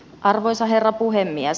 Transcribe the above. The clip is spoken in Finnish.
arvoisa herra puhemies